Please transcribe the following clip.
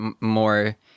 more